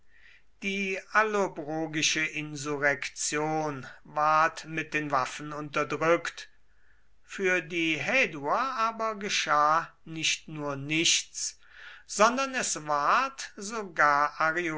die allobrogische insurrektion ward mit den waffen unterdrückt für die häduer aber geschah nicht nur nichts sondern es ward sogar